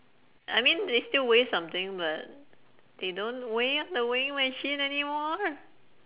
I mean they still weigh something but they don't weigh the weighing machine anymore